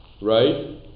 right